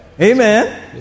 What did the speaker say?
amen